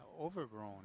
overgrown